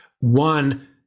one